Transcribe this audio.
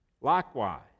Likewise